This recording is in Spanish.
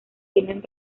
tienen